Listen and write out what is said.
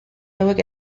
hauek